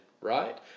right